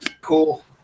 Cool